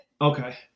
okay